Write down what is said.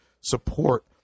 support